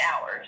hours